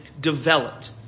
developed